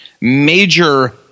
major